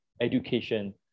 education